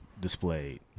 displayed